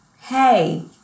hey